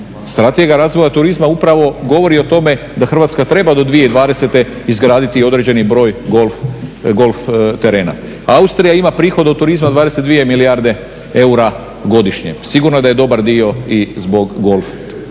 Strategija razvoja turizma upravo govori o tome da Hrvatska treba do 2020. izgraditi i određeni broj golf terena. Austrija ima prihod od turizma 22 milijarde eura godišnje. Sigurno da je dobar dio i zbog golf